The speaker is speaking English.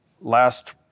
Last